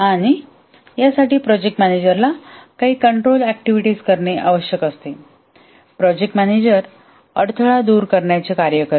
आणि यासाठी प्रोजेक्ट मॅनेजरला काही कंट्रोल ऍक्टिव्हिटीज करणे आवश्यक आहे प्रोजेक्ट मॅनेजर अडथळा दूर करण्याचे कार्य करते